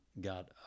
got